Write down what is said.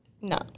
No